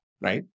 right